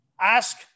ask